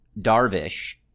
Darvish